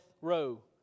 row